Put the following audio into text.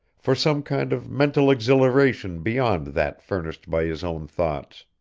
for some kind of mental exhilaration beyond that furnished by his own thoughts.